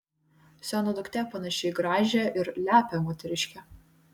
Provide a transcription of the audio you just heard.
siono duktė panaši į gražią ir lepią moteriškę